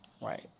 right